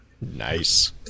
Nice